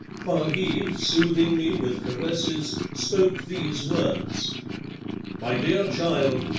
while he, soothing me with caresses, spoke these words my dear child,